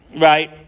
right